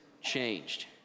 changed